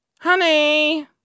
Honey